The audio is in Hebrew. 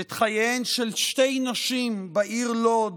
את חייהן של שתי נשים בעיר לוד